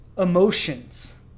emotions